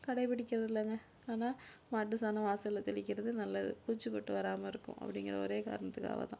கடைப்பிடிக்கிறது இல்லைங்க ஆனால் மாட்டு சாணம் வாசலில் தெளிக்கிறது நல்லது பூச்சிபொட்டு வரமால் இருக்கும் அப்படிங்கிற ஓரே காரணத்துக்காக தான்